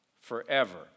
forever